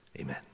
Amen